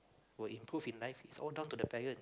will improve in life it's all down to the parent